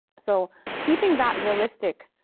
so keeping that realistic,